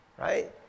right